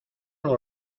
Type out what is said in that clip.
los